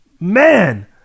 Man